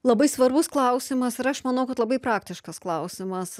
labai svarbus klausimas ir aš manau kad labai praktiškas klausimas